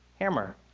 Hammer